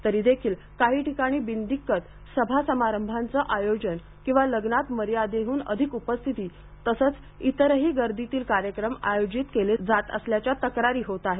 तरीदेखील काही ठिकाणी बिनदिक्कत सभासमारंभाचं आयोजन किंवा लग्नात मर्यादेहन अधिक उपस्थिती तसंच इतरही गर्दीतील कार्यक्रम आयोजित केले जात असल्याच्या तक्रारी होत आहेत